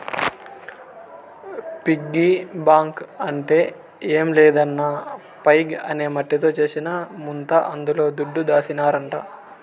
piggy bank అంటే ఏం లేదన్నా పైగ్ అనే మట్టితో చేసిన ముంత అందుల దుడ్డు దాసినారంట